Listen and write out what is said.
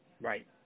Right